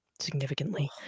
significantly